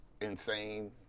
insane